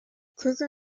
kruger